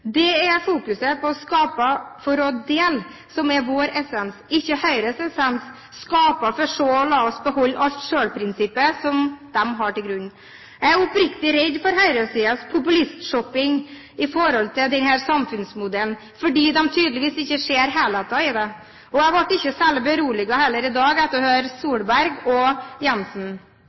Det er fokuset på å skape for å dele som er vår essens – ikke Høyres essens: skape for så å la-oss-beholde-alt-selv-prinsippet, som de legger til grunn. Jeg er oppriktig redd for høyresidens populistshopping fra denne samfunnsmodellen, fordi de tydeligvis ikke ser helheten. Jeg ble ikke særlig beroliget, heller, etter å ha hørt representantene Solberg og Jensen